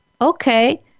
Okay